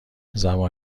زبان